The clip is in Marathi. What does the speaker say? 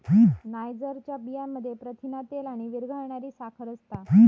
नायजरच्या बियांमध्ये प्रथिना, तेल आणि विरघळणारी साखर असता